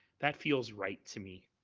that feels right to me.